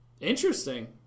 Interesting